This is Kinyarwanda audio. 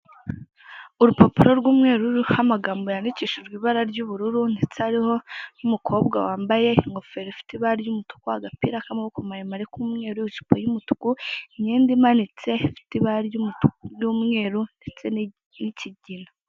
Urupapuro rw'umweru ririho amagambo yandikishijwe ibara ry'ubururu ndetse hariho n'umukobwa wambaye ingofero ifite ibara ry'umutuku, agapira k'amaboko maremare k'umweru, ijipo y'umutuku, imyenda imanitse ifite ibara ry'umutuku n'umweru ndetse n'ikigina.